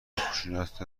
خشونت